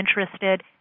interested